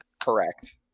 correct